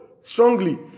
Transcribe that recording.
strongly